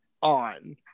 on